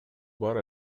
бар